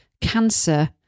cancer